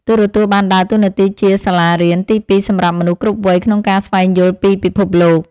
ទូរទស្សន៍បានដើរតួនាទីជាសាលារៀនទីពីរសម្រាប់មនុស្សគ្រប់វ័យក្នុងការស្វែងយល់ពីពិភពលោក។